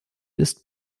ist